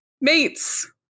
mates